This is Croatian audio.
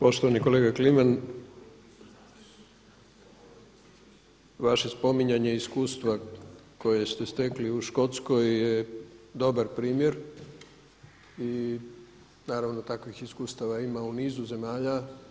Poštovani kolega Kliman, vaše spominjanje iskustva kojeg ste stekli u Škotskoj je dobar primjer i naravno takvih iskustava ima u nizu zemalja.